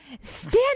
stand